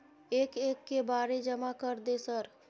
एक एक के बारे जमा कर दे सर?